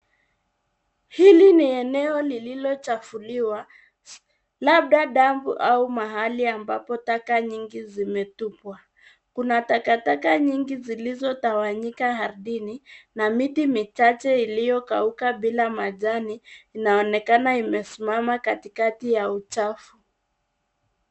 Hili ni eneo lililochafuliwa labda dampo au mahali ambapo taka nyingi zimetupwa. Kuna takataka nyingi zilizotawanyika ardhini na miti michache iliyokauka bila majani inaonekana imesimama katikati ya uchafu.